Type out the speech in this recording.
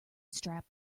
strap